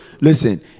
listen